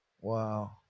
Wow